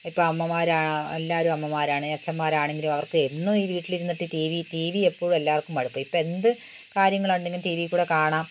ഇപ്പോൾ അമ്മമാർ എല്ലാവരും അമ്മമാരാണ് അച്ഛന്മാരാണെങ്കിലും അവർക്ക് എന്നും ഈ വീട്ടിലിരുന്നിട്ട് ടി വി ടി വി ഇപ്പോഴും എല്ലാവർക്കും മടുക്കും ഇപ്പോൾ എന്ത് കാര്യങ്ങളുണ്ടെങ്കിലും ടി വിയിൽക്കൂടി കാണാം